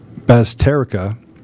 Basterica